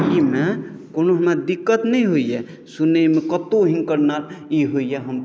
एहिमे कओनो हमरा दिक्कत नहि होइया सुनैमे कतहुँ हिनकर ने ई होइया हम